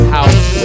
House